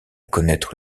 connaître